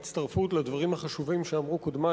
אני רוצה לפתוח בהצטרפות לדברים החשובים שאמרו קודמי,